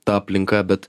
ta aplinka bet